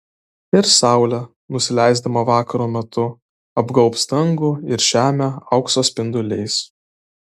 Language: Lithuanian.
ir saulė nusileisdama vakaro metu apgaubs dangų ir žemę aukso spinduliais